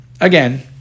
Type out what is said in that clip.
Again